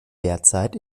derzeit